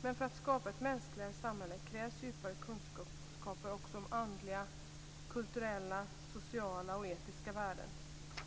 För att skapa ett mänskligare samhälle krävs djupare kunskaper också om andliga, kulturella, sociala och etiska värden.